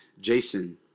Jason